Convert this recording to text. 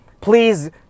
Please